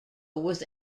was